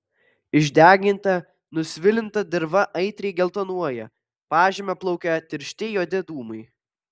išdeginta nusvilinta dirva aitriai geltonuoja pažeme plaukia tiršti juodi dūmai